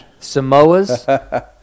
Samoas